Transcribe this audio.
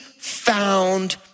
found